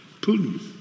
Putin